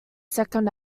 second